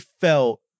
felt